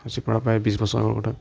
আজিৰ পৰা প্ৰায় বিছ বছৰ আগৰ কথা